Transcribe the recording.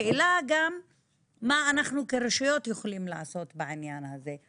השאלה מה אנחנו יכולים כרשויות לעשות בעניין הזה,